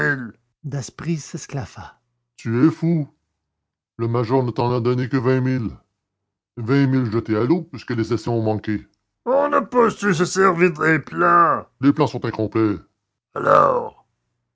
daspry s'esclaffa tu es fou le major ne t'en a donné que vingt mille vingt mille jetés à l'eau puisque les essais ont manqué on n'a pas su se servir des plans les plans sont incomplets alors